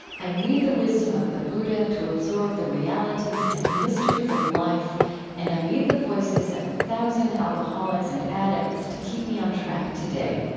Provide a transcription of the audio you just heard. i need the wisdom of the buddha to absorb the realities realities and mysteries of life and i need the voices of a thousand alcoholics and addicts to keep me on track today.